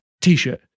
T-shirt